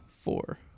four